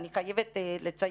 אני חייבת לציין,